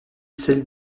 seule